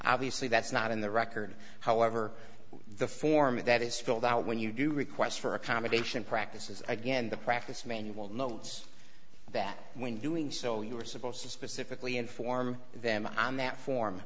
obviously that's not in the record however the form that is filled out when you do requests for accommodation practices again the practice manual notes that when doing so you are supposed to specifically inform them on that form